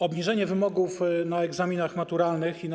Obniżenie wymogów na egzaminach maturalnych i na